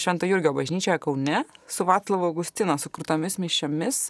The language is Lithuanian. švento jurgio bažnyčioje kaune su vaclovo augustino sukurtomis mišiomis